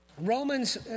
Romans